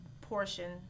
portion